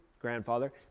grandfather